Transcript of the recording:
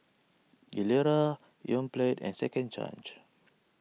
Gilera Yoplait and Second Chance